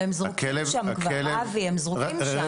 הם זרוקים שם כבר, אבי, הם זרוקים שם.